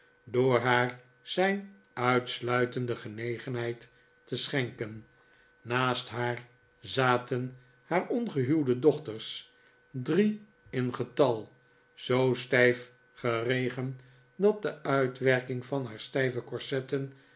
door haar zijn uitsluitende genegenheid te schenken naast haar zaten haar ongehuwde dochters drie in getal zoo stijf geregen dat de uitwerking van haar stijve corsetten